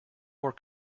more